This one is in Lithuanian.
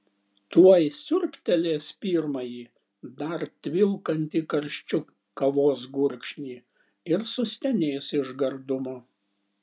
tuoj siurbtelės pirmąjį dar tvilkantį karščiu kavos gurkšnį ir sustenės iš gardumo